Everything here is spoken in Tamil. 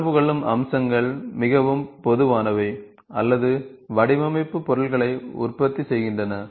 தொடர்பு கொள்ளும் அம்சங்கள் மிகவும் பொதுவானவை அல்லது வடிவமைப்பு பொருள்களை உற்பத்தி செய்கின்றன